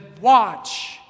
Watch